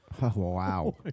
Wow